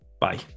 bye